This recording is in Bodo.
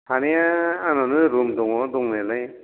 थानाया आंनावनो रुम दङ दंनायालाय